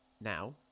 Now